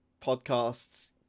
podcasts